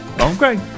Okay